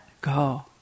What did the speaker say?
go